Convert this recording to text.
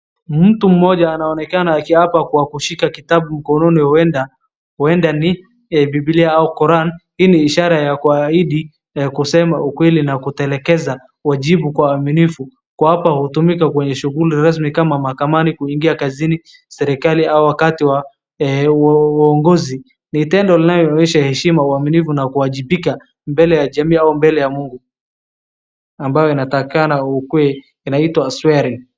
Mtu mmoja anaonekana akiapa kwa kushika kitabu mkononi huenda ni bibilia ama korani. Hii ni ishara ya kuhaidi kusema ukweli na kutelekeza wajibu kwa uaminifu. Kuapa utumika kwenye shughuli rasmi kama mahakamani, kuingia kazini, serikali au wakati wa uongozi. Ni tendo linaloonyesha heshima, aminifu na kuwajibika mbele ya jamii au mbele ya mungu ambayo inatakikana ukeli. Inaitwa swearing .